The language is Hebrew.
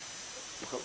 בדיוק.